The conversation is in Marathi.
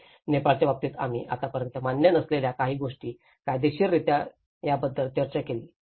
आणि नेपाळच्या बाबतीत आम्ही आतापर्यंत मान्य नसलेल्या काही गोष्टी कायदेशीररित्या याबद्दल चर्चा केली